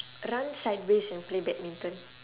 run sideways and play badminton